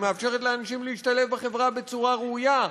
היא מאפשרת לאנשים להשתלב בחברה בצורה ראויה,